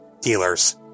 dealers